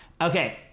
Okay